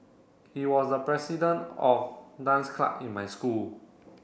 he was the president of dance club in my school